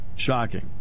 shocking